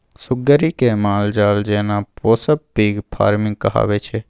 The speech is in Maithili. सुग्गरि केँ मालजाल जेना पोसब पिग फार्मिंग कहाबै छै